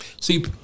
See